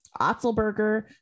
Otzelberger